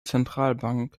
zentralbank